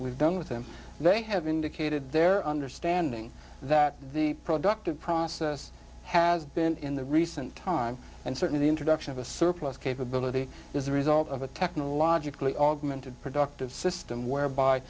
we've done with them they have indicated their understanding that the productive process has been in the recent time and certainly the introduction of a surplus capability is the result of a technologically augmented productive system whereby